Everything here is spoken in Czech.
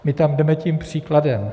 My tam jdeme tím příkladem.